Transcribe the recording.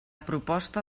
proposta